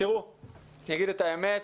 אני אומר את האמת.